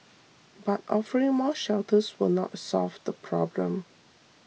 but offering more shelters will not solve the problem